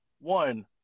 One